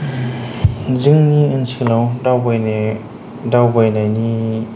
जोंनि ओनसोलाव दावबायनो दावबायनायनि